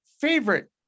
favorite